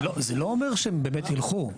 זה לא אומר שהם באמת ילכו.